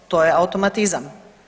To je automatizam.